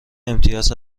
امتیاز